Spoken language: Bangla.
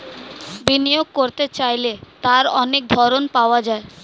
বিনিয়োগ করতে চাইলে তার অনেক ধরন পাওয়া যায়